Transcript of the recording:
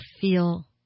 feel